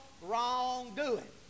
wrongdoing